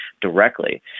directly